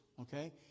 okay